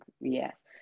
yes